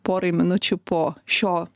porai minučių po šio